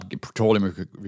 petroleum